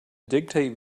dictate